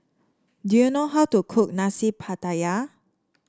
do you know how to cook Nasi Pattaya